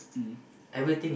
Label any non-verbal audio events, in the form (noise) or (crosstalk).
mm (breath)